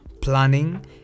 planning